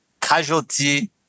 casualty